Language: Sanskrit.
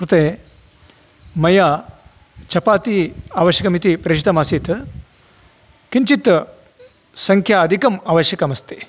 कृते मया चपाति आवश्यकम् इति प्रेषितम् आसीत् किञ्चित् संख्या अधिकं आवश्यकम् अस्ति